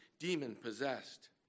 demon-possessed